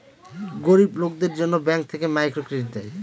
গরিব লোকদের জন্য ব্যাঙ্ক থেকে মাইক্রো ক্রেডিট দেয়